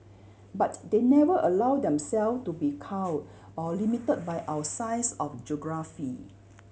but they never allowed them self to be cowed or limited by our size or geography